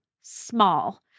small